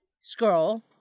Scroll